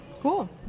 Cool